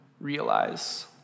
realize